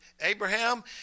Abraham